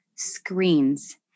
screens